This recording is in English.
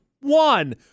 one